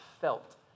felt